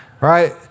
Right